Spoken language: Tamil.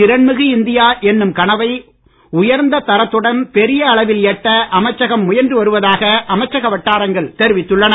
திறன்மிகு இந்தியா என்னும் கனவை உயர்ந்த தரத்துடன் பெரிய அளவில் எட்ட அமைச்சகம் முயன்று வருவதாக அமைச்சக வட்டாரங்கள் தெரிவித்துள்ளன